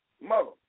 mother